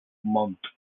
montt